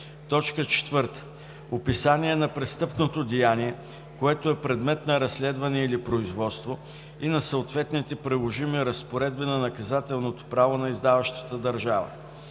4. описание на престъпното деяние, което е предмет на разследване или производство, и на съответните приложими разпоредби на наказателното право на издаващата държава;